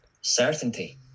Certainty